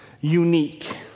unique